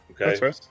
Okay